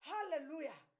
Hallelujah